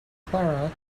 clara